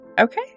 Okay